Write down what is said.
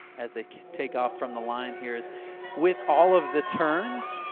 as they take off from the line here, is with all of the turns,